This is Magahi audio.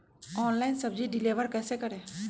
ऑनलाइन सब्जी डिलीवर कैसे करें?